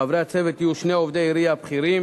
חברי הצוות יהיו שני עובדי עירייה בכירים